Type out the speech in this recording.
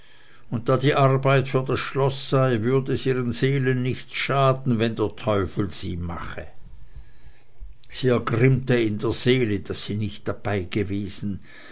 und da die arbeit für das schloß sei würde es ihren seelen nichts schaden wenn der teufel sie mache sie ergrimmte in der seele daß sie nicht